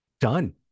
done